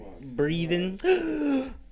Breathing